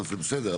זה בסדר,